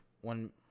one